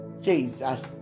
Jesus